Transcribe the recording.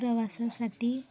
प्रवासासाठी